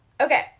Okay